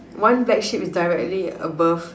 one black sheep is directly above